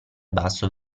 basso